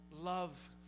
love